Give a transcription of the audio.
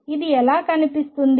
ఇది ఎలా కనిపిస్తుంది